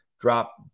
drop